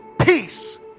Peace